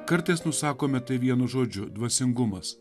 kartais nusakome vienu žodžiu dvasingumas